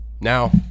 Now